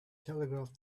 telegraph